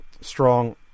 strong